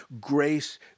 grace